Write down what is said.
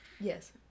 Yes